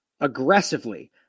aggressively